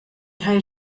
teil